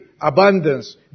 abundance